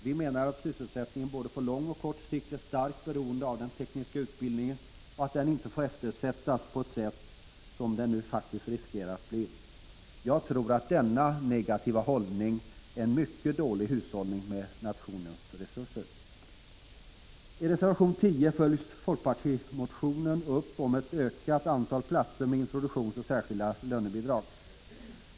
Vi menar att sysselsättningen, både på lång och kort sikt, är starkt beroende av den tekniska utbildningen och att denna inte får eftersättas på ett sådant sätt som det nu faktiskt finns risk för. Jag tror att denna negativa hållning är en mycket dålig hushållning med nationens resurser. I reservation 10 följs folkpartimotionen om ett ökat antal platser med introduktionsoch särskilda lönebidrag upp.